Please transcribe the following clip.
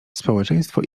społeczeństwo